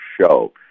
show